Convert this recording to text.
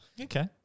Okay